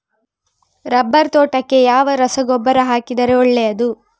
Rubber ತೋಟಕ್ಕೆ ಯಾವ ರಸಗೊಬ್ಬರ ಹಾಕಿದರೆ ಒಳ್ಳೆಯದು?